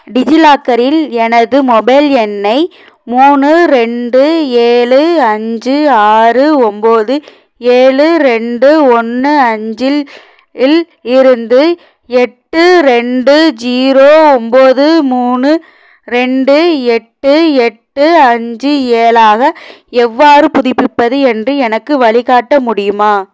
டிஜிலாக்கரில் எனது மொபைல் எண்ணை மூணு ரெண்டு ஏழு அஞ்சு ஆறு ஒன்பது ஏழு ரெண்டு ஒன்று அஞ்சில் இல் இருந்து எட்டு ரெண்டு ஜீரோ ஒன்பது மூணு ரெண்டு எட்டு எட்டு அஞ்சு ஏழாக எவ்வாறு புதுப்பிப்பது என்று எனக்கு வழிகாட்ட முடியுமா